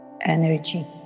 energy